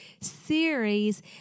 series